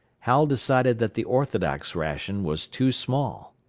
hal decided that the orthodox ration was too small.